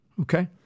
okay